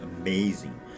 amazing